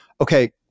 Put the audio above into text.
okay